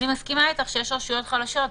אני מסכימה איתך שיש רשויות חלשות.